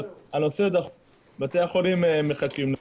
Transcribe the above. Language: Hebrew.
אבל בתי החולים מחכים.